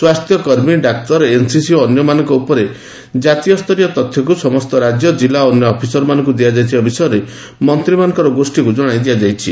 ସ୍ୱାସ୍ଥ୍ୟ କର୍ମୀ doctor NCC ଓ ଅନ୍ୟମାନଙ୍କ ଉପରେ ଜାତୀୟ ସ୍ତରୀୟ ତଥ୍ୟକୁ ସମସ୍ତ ରାଜ୍ୟ ଜିଲ୍ଲା ଓ ଅନ୍ୟ ଅଫିରସମାନଙ୍କୁ ଦିଆଯାଇଥିବା ବିଷୟରେ ମନ୍ତ୍ରୀମାନଙ୍କ ଗୋଷ୍ଠୀକୁ ଜଣାଇ ଦିଆଯାଇଛି